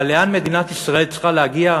אבל לאן מדינת ישראל צריכה להגיע,